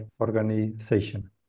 organization